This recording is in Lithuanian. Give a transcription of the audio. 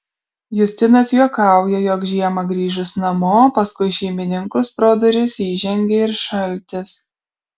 justinas juokauja jog žiemą grįžus namo paskui šeimininkus pro duris įžengia ir šaltis